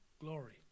glory